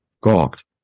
gawked